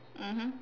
mmhmm